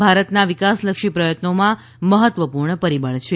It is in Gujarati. અને ભારતના વિકાસલક્ષી પ્રયત્નોમાં મહત્વપૂર્ણ પરિબળ છે